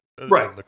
right